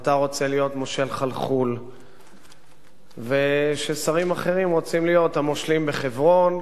שאתה רוצה להיות מושל חלחול וששרים אחרים רוצים להיות המושלים בחברון,